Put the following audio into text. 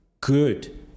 good